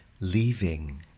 leaving